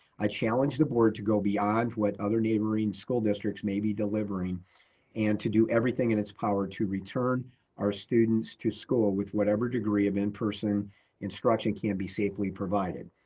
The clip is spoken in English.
i challenge the board to go beyond what other neighboring school districts may be delivering and to do everything in its power to return our students to school with whatever degree of in-person instruction can be safely provided.